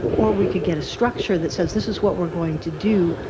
or we could get a structure that says this is what we are going to do,